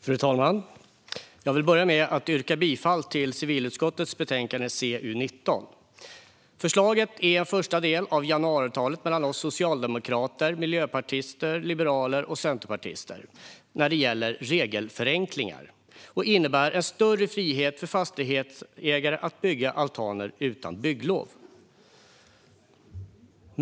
Fru talman! Jag vill börja med att yrka bifall till förslaget i civilutskottets betänkande CU19. Förslaget är en första del av januariavtalet mellan oss socialdemokrater, miljöpartister, liberaler och centerpartister när det gäller regelförenklingar och innebär en större frihet för fastighetsägare att bygga altaner utan bygglov.